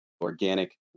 organic